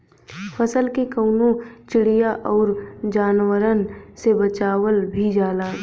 फसल के कउनो चिड़िया आउर जानवरन से बचावल भी जाला